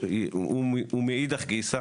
ומאידך גיסך